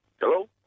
Hello